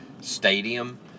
stadium